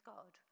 God